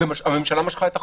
והממשלה משכה את החוק.